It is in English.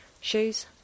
Shoes